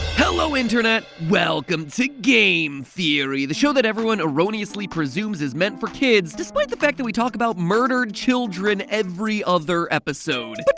hello, internet! welcome to game theory, the show that everyone erroneously presumes is meant for kids, despite the fact that we talk about murdered children every other episode!